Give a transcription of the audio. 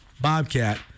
Bobcat